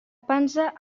pansa